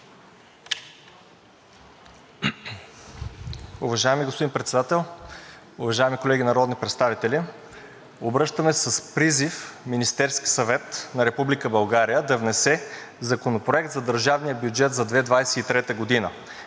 Уважаеми господин Председател, уважаеми колеги народни представители! Обръщаме се с призив Министерският съвет на Република България да внесе Законопроект за държавния бюджет за 2023 г.,